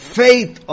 faith